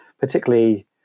particularly